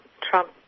Trump